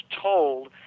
told